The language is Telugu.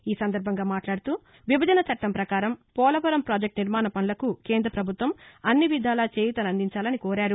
ఈ సందర్భంగా మాట్లాడుతూ విభజన చట్టం ప్రకారం పోలవరం ప్రాజెక్టు నిర్మాణ పనులకు కేంద్ర ప్రభుత్వం అన్ని విధాలా చేయూతనందించాలని కోరారు